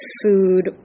food